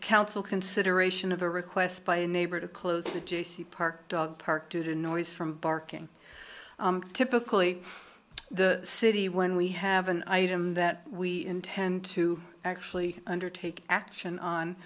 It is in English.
council consideration of a request by a neighbor to close the juicy park dog park due to noise from barking typically the city when we have an item that we intend to actually undertake action on